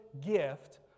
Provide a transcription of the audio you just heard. gift